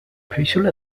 special